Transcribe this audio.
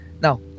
Now